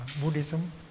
Buddhism